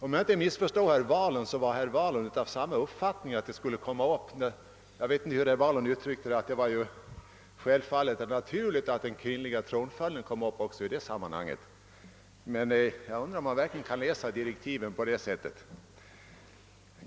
Om jag inte missförstod herr Wahlund var han av samma uppfattning. Jag hörde inte alldeles hur han uttryckte det, men han tycktes anse att det var självfallet att frågan om kvinnlig tronföljd kom upp i det sammanhanget. Jag undrar om man verkligen kan läsa direktiven på det sättet.